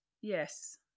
Yes